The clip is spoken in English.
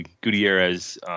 Gutierrez